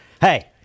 Hey